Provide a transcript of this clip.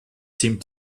seemed